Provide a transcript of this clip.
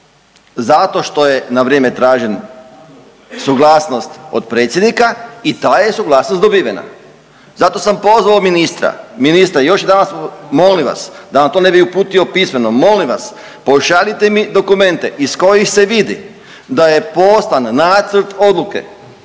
Zato što je na vrijeme tražena suglasnost od Predsjednika i ta je suglasnost dobivena. Zato sam pozvao ministra, ministra još danas molim vas da vam to ne bi uputio pismeno molim vas pošaljite mi dokumente iz kojih se vidi da je poslan Nacrt odluke